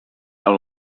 out